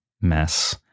mess